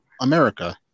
America